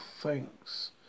thanks